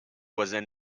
voisins